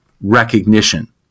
recognition